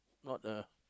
not a